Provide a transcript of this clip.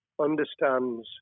understands